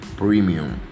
premium